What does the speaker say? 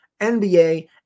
nba